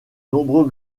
nombreux